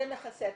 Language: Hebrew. זה מכסה את